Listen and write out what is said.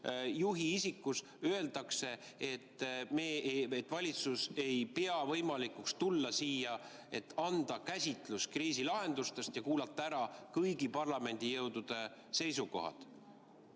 valitsusjuht ütleb, et valitsus ei pea võimalikuks tulla siia, et anda käsitlus kriisi lahendustest ja kuulata ära kõigi parlamendijõudude seisukohad.